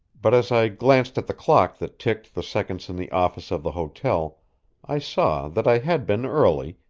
but as i glanced at the clock that ticked the seconds in the office of the hotel i saw that i had been early,